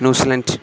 न्यूस्लेण्ट्